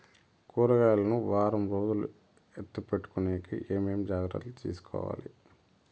కూరగాయలు ను వారం రోజులు ఎత్తిపెట్టుకునేకి ఏమేమి జాగ్రత్తలు తీసుకొవాలి?